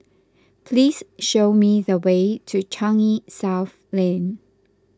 please show me the way to Changi South Lane